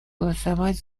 голосовать